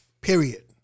Period